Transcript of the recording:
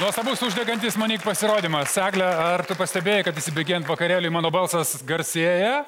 nuostabus uždegantis monik pasirodymas egle ar tu pastebėjai kad įsibėgėjant vakarėliui mano balsas garsėja